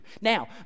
Now